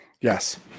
Yes